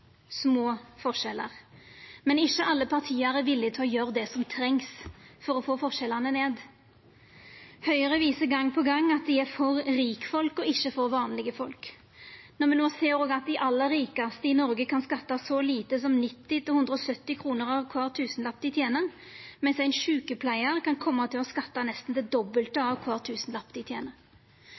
små forskjellar, men ikkje alle parti er villige til å gjera det som trengst for å få forskjellane ned. Høgre viser gong på gong at dei er for rikfolk og ikkje for vanlege folk – når me no òg ser at dei aller rikaste i Noreg kan skatta så lite som 90–170 kr av kvar tusenlapp dei tener, mens ein sjukepleiar kan koma til å skatta nesten det dobbelte av kvar tusenlapp dei tener.